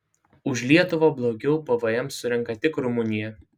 už lietuvą blogiau pvm surenka tik rumunija